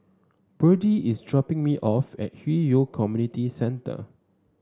Birdie is dropping me off at Hwi Yoh Community Centre